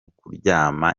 kuramya